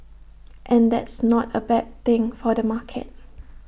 and that's not A bad thing for the market